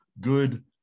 good